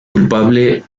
culpable